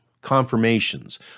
confirmations